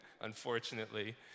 unfortunately